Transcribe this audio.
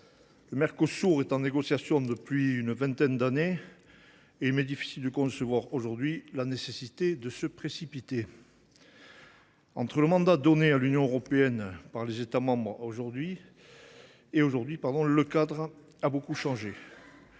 le Mercosur étant en négociations depuis une vingtaine d’années, il m’est difficile de concevoir aujourd’hui la nécessité de se précipiter. Entre le mandat donné à l’Union européenne par les États membres et aujourd’hui, le cadre a beaucoup changé.